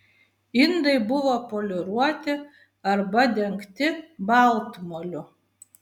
indai buvo poliruoti arba dengti baltmoliu